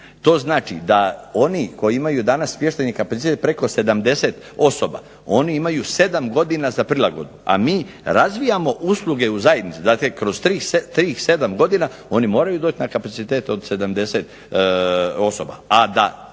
To znači da oni koji imaju danas smještajni kapacitet preko 70 osoba, oni imaju 7 godina za prilagodbu, a mi razvijamo usluge u zajednici, dakle kroz tih 7 godina oni moraju doći na kapacitet od 70 osoba,